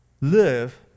live